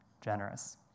generous